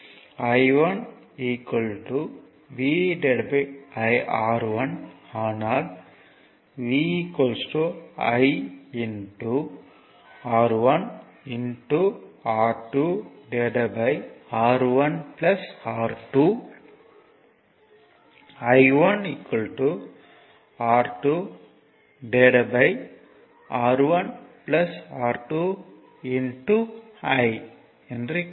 I1 VR1 ஆனால் V I R1 R2R1 R2 I1 R2R1 R2 I என கிடைக்கும்